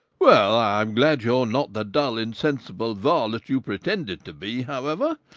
well, i am glad you are not the dull, insensible varlet you pretended to be, however